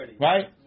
Right